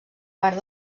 part